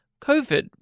COVID